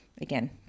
again